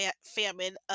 famine